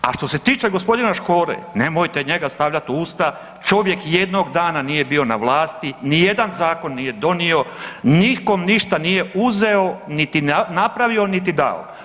A što se tiče g. Škore, nemojte njega stavljat u usta, čovjek jednog dana nije bio na vlasti, nijedan zakon nije donio, nikom ništa nije uzeo niti napravio niti dao.